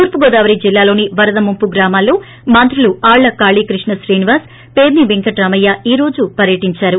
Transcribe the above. తూర్పు గోదావరి జిల్లాలోని వరద ముంపు గ్రామాల్లో మంత్రులు ఆళ్ల కాళీ కృష్ణా శ్రీనివాస్ పేర్పి పెంకటరామయ్య ఈ రోజు పర్యటించారు